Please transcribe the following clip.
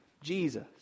Jesus